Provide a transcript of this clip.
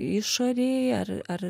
išorėj ar ar